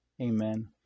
Amen